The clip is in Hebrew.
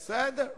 בסדר,